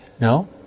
No